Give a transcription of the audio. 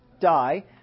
die